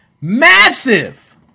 massive